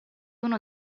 uno